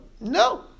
No